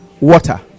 water